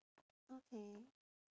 okay